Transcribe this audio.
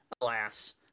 Alas